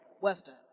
Western